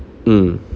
mm